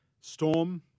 Storm